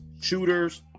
shooters